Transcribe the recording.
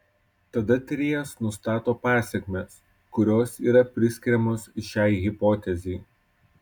tada tyrėjas nustato pasekmes kurios yra priskiriamos šiai hipotezei